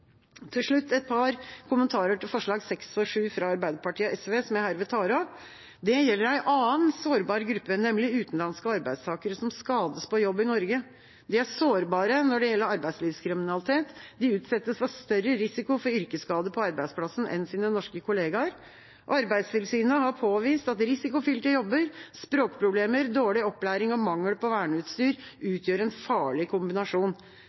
Til slutt et par kommentarer til forslagene nr. 6 og 7, fra Arbeiderpartiet og SV, som jeg herved tar opp. De gjelder en annen sårbar gruppe, nemlig utenlandske arbeidstakere som skades på jobb i Norge. De er sårbare når det gjelder arbeidslivskriminalitet, de utsettes for større risiko for yrkesskade på arbeidsplassen enn sine norske kollegaer. Arbeidstilsynet har påvist at risikofylte jobber, språkproblemer, dårlig opplæring og mangel på verneutstyr utgjør en farlig kombinasjon.